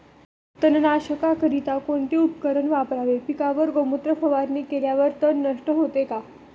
तणनाशकाकरिता कोणते उपकरण वापरावे? पिकावर गोमूत्र फवारणी केल्यावर तण नष्ट होते का?